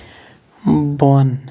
بۄن